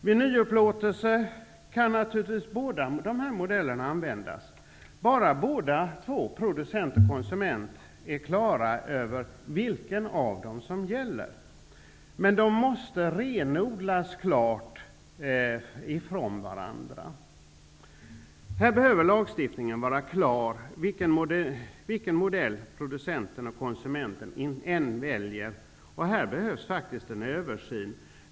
Vid nyupplåtelse kan naturligtvis båda dessa modeller användas, förutsatt att både producent och konsument är klara över vilken av dem som gäller. Men de måste klart renodlas från varandra. Lagstiftningen måste vara klar, vilken modell producenten och konsumenten än väljer. På den punkten behövs det faktiskt en översyn.